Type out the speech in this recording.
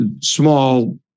small